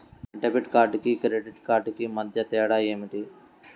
Debit కార్డుకు credit credit కార్డుకు మధ్య తేడా ఏమిటీ?